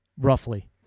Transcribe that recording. roughly